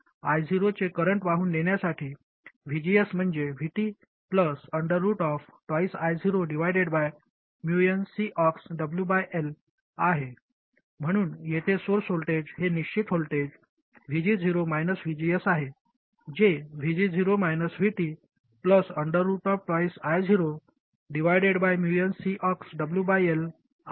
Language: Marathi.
तर I0 चे करंट वाहून नेण्यासाठी VGS म्हणजे VT 2I0nCox आहे म्हणून येथे सोर्स व्होल्टेज हे निश्चित व्होल्टेज VG0 VGS आहे जे VG0 VT 2I0nCox आहे